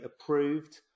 approved